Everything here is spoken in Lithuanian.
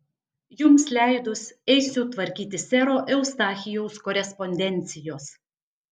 jums leidus eisiu tvarkyti sero eustachijaus korespondencijos